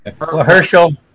Herschel